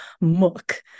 mook